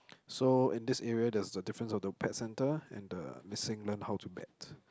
so in this area there is a difference of the pet centre and the missing learn how to bet